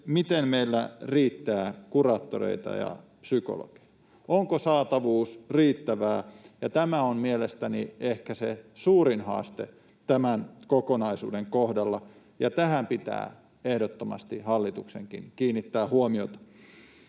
miten meillä riittää kuraattoreita ja psykologeja, onko saatavuus riittävää. Tämä on mielestäni ehkä se suurin haaste tämän kokonaisuuden kohdalla, ja tähän pitää ehdottomasti hallituksenkin kiinnittää huomiota.